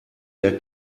der